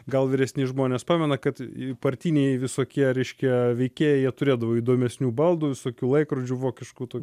gal vyresni žmonės pamena kad partiniai visokie reiškia veikėjai jie turėdavo įdomesnių baldų visokių laikrodžių vokiškų tok